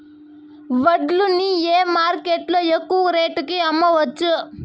వడ్లు ని ఏ మార్కెట్ లో ఎక్కువగా రేటు కి అమ్మవచ్చు?